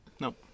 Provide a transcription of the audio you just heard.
No